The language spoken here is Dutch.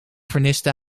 verniste